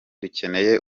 dukeneye